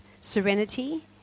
serenity